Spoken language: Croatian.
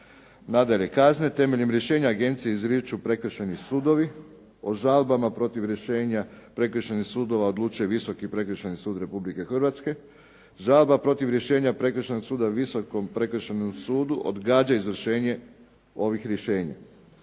Nadalje, kazne temeljem rješenja agencije izriču prekršajni sudovi, o žalbama protiv rješenja prekršajnih sudova odlučuje Visoki prekršajni sud Republike Hrvatske, žalba protiv rješenja prekršajnog suda Visokom prekršajnom sudu odgađa izvršenje ovih rješenja.